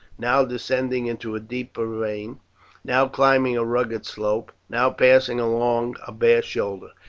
now descending into a deep ravine, now climbing a rugged slope, now passing along a bare shoulder.